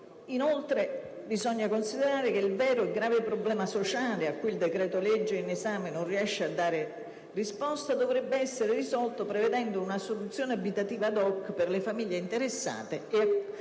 Inoltre, bisogna considerare che il vero e grave problema sociale a cui il decreto-legge in esame non riesce a dare risposta dovrebbe essere risolto prevedendo una soluzione abitativa *ad hoc* per le famiglie interessate. A questo